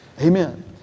amen